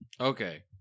Okay